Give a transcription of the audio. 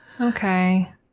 Okay